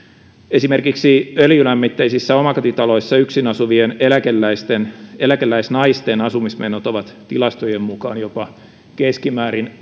esimerkiksi öljylämmitteisissä omakotitaloissa yksin asuvien eläkeläisnaisten asumismenot ovat tilastojen mukaan keskimäärin